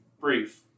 brief